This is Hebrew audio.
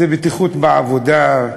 זה בטיחות בעבודה,